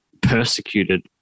persecuted